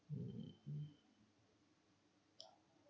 mm